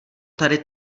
tady